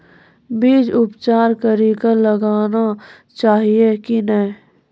बीज उपचार कड़ी कऽ लगाना चाहिए कि नैय?